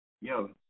Yo